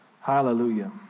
Hallelujah